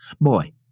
Boy